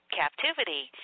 captivity